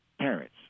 parents